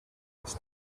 cross